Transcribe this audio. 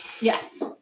Yes